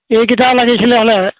এইকেইটা লাগিছিলে হ'লে